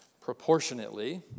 proportionately